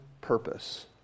purpose